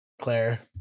Claire